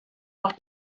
auch